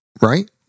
Right